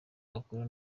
bakora